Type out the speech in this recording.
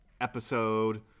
episode